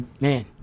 man